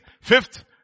fifth